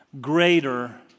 greater